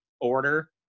order